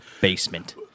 basement